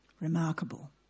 Remarkable